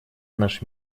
наш